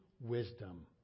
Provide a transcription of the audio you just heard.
wisdom